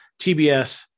tbs